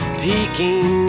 peeking